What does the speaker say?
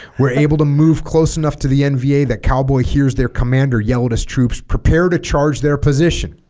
we're able to move close enough to the nva that cowboy hears their commander yelled as troops prepare to charge their position